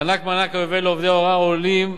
הענקת מענק יובל לעובדי הוראה עולים,